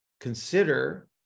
consider